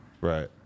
Right